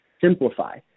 simplify